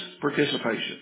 participation